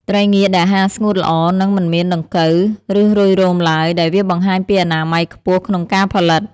ត្រីងៀតដែលហាលស្ងួតល្អនឹងមិនមានដង្កូវ ឬរុយរោមឡើយ ដែលវាបង្ហាញពីអនាម័យខ្ពស់ក្នុងការផលិត។